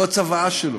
הוא הצוואה שלו.